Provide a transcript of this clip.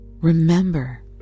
Remember